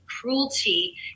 cruelty